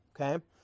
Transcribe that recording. okay